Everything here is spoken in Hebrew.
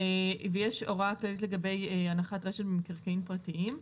יש הוראה כללית לגבי הנחת רשת במקרקעין פרטיים,